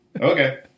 Okay